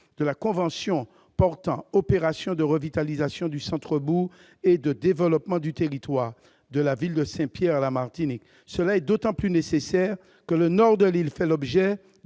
de la convention portant opération de revitalisation du centre-bourg et de développement du territoire de la ville de Saint-Pierre, en Martinique. Cela est d'autant plus nécessaire que le nord de l'île fait l'objet